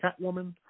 Catwoman